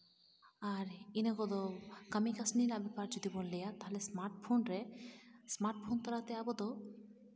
ᱟᱨ ᱤᱱᱟᱹ ᱠᱚᱫᱚ ᱠᱟᱹᱢᱤ ᱠᱟᱥᱱᱤ ᱨᱮᱱᱟᱜ ᱵᱮᱯᱟᱨ ᱡᱩᱫᱤ ᱵᱚᱱ ᱞᱟᱹᱭᱟ ᱛᱟᱦᱞᱮ ᱥᱢᱟᱨᱴᱯᱷᱳᱱ ᱨᱮ ᱥᱢᱟᱨᱴᱯᱷᱳᱱ ᱛᱟᱞᱟᱛᱮ ᱟᱵᱚ ᱫᱚ